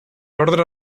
ordre